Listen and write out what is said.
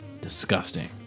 disgusting